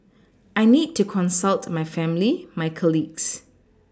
I need to consult my family my colleagues